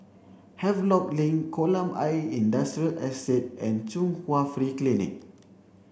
Havelock Link Kolam Ayer Industrial Estate and Chung Hwa Free Clinic